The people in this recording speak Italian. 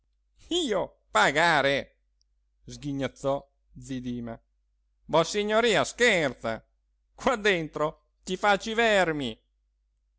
io pagare sghignazzò zi dima vossignoria scherza qua dentro ci faccio i vermi